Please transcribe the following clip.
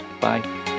Bye